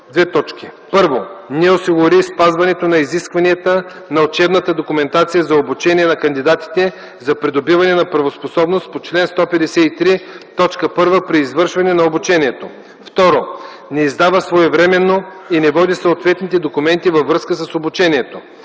който: 1. не осигури спазването на изискванията на учебната документация за обучение на кандидатите за придобиване на правоспособност по чл. 153, т. 1 при извършване на обучението; 2. не издава своевременно и не води съответните документи във връзка с обучението;